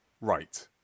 right